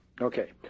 Okay